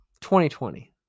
2020